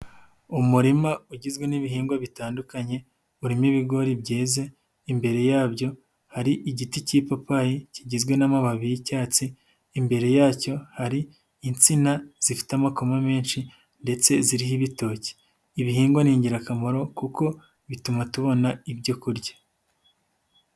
Umurima ugizwe n'ibihingwa bitandukanye urimo ibigori byeze, imbere yabyo hari igiti k'ipapayi kigizwe n'amababi y'icyatsi, imbere yacyo hari insina zifite amakoma menshi ndetse ziriho ibitoki, ibihingwa ni ingirakamaro kuko bituma tubona ibyo kurya.